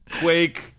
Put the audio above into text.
quake